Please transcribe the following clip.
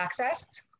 accessed